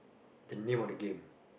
the name of the game